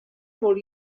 molt